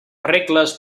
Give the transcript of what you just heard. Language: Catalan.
regles